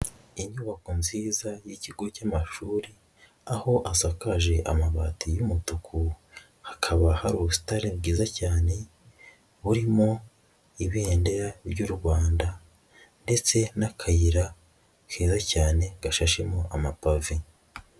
Inyubako nziza y'ikigo cy'amashuri aho asakaje amabati y'umutuku, hakaba hari ubusini bwiza cyane, burimo ibendera ry'u Rwanda ndetse n'akayira keza cyane gashashemo amapave.